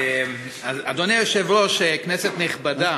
אדוני היושב-ראש, כנסת נכבדה,